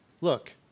look